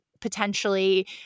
potentially